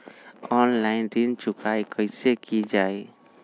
Online ऋण चुकाई कईसे की ञाई?